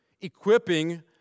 equipping